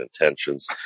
intentions